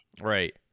Right